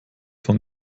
von